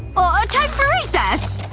ah time for recess!